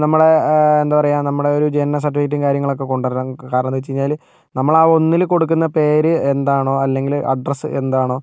നമ്മളുടെ എന്താ പറയുക നമ്മുടെ ഒരു ജനന സർട്ടിഫിക്കറ്റും കാര്യങ്ങളൊക്കെ കൊണ്ട് വരണം കാരണം എന്താണെന്ന് വെച്ച് കഴിഞ്ഞാൽ നമ്മളാ ഒന്നിൽ കൊടുക്കുന്ന പേര് എന്താണോ അല്ലെങ്കിൽ അഡ്രസ്സ് എന്താണോ